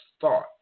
thought